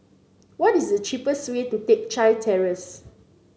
what is the cheapest way to Teck Chye Terrace